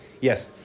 Yes